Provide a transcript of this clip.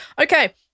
Okay